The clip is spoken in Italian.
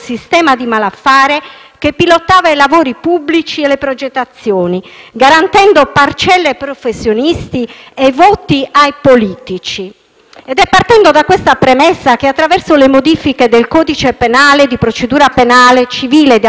che pilotava i lavori pubblici e le progettazioni, garantendo parcelle ai professionisti e voti ai politici. È partendo da questa premessa che, attraverso le modifiche del codice penale e di procedura penale, del codice civile e di alcune leggi speciali,